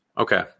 Okay